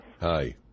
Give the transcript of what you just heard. Hi